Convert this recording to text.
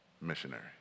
missionary